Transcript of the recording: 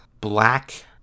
Black